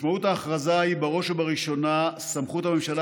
משמעות ההכרזה היא בראש ובראשונה סמכות הממשלה